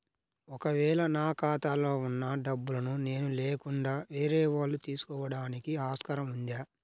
ఒక వేళ నా ఖాతాలో వున్న డబ్బులను నేను లేకుండా వేరే వాళ్ళు తీసుకోవడానికి ఆస్కారం ఉందా?